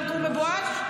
כרכור בבואש?